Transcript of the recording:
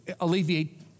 alleviate